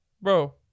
Bro